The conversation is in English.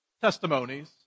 testimonies